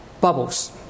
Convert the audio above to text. bubbles